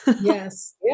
Yes